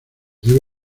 debe